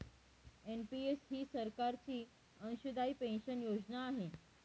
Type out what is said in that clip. NPS ही सरकारची अंशदायी पेन्शन योजना आहे